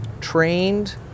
trained